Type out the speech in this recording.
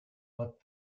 but